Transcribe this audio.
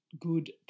good